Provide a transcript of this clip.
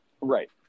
Right